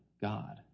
God